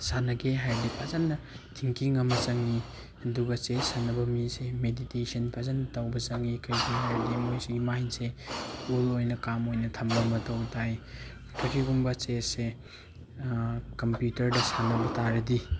ꯁꯥꯟꯅꯒꯦ ꯍꯥꯏꯔꯗꯤ ꯐꯖꯅ ꯊꯤꯡꯀꯤꯡ ꯑꯃ ꯆꯪꯏ ꯑꯗꯨꯒ ꯆꯦꯁ ꯁꯥꯟꯅꯕ ꯃꯤꯁꯦ ꯃꯦꯗꯤꯇꯦꯁꯟ ꯐꯖꯅ ꯇꯧꯕ ꯆꯪꯏ ꯀꯩꯒꯤ ꯍꯥꯏꯔꯗꯤ ꯃꯣꯏꯁꯤꯒꯤ ꯃꯥꯏꯟꯁꯦ ꯀꯨꯜ ꯑꯣꯏꯅ ꯀꯥꯝ ꯑꯣꯏꯅ ꯊꯝꯕ ꯃꯊꯧ ꯇꯥꯏ ꯀꯔꯤꯒꯨꯝꯕ ꯆꯦꯁꯁꯦ ꯀꯝꯄ꯭ꯌꯨꯇꯔꯗ ꯁꯥꯟꯅꯕ ꯇꯥꯔꯗꯤ